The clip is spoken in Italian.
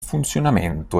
funzionamento